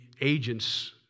agents